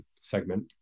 segment